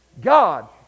God